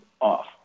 off